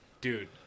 dude